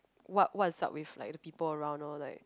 what what is up with like the people around loh like